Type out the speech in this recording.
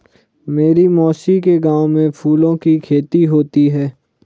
मेरी मौसी के गांव में फूलों की खेती होती है